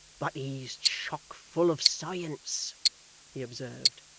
but he's chock-full of science he observed,